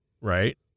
right